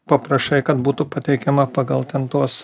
paprašai kad būtų pateikiama pagal ten tuos